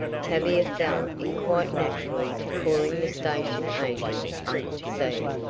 tavia fell in quite naturally to calling the station agent uncle sam.